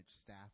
staff